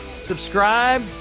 subscribe